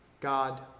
God